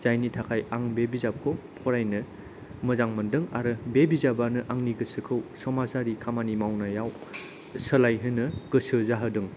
जायनि थाखाय आं बे बिजाबखौ फरायनो मोजांमोनदों आरो बे बिजाबानो आंनि गोसोखौ समाजारि खामानि मावनायाव सोलायहोनो गोसो जाहोदों